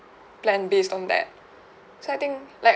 plan based on that so I think like